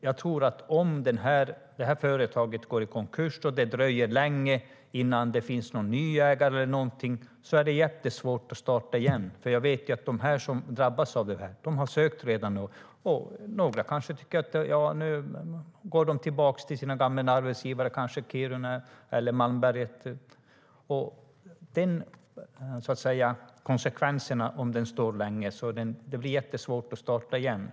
Jag tror dock att om det här företaget går i konkurs och det dröjer länge innan det finns någon ny ägare blir det jättesvårt att starta igen. Jag vet att de som drabbas redan har sökt jobb. Några kanske går tillbaka till sina gamla arbetsgivare i Kiruna eller Malmberget. Konsekvensen om gruvan står länge blir att den blir jättesvår att starta igen.